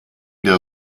der